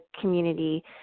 community